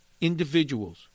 individuals